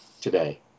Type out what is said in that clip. today